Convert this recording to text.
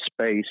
space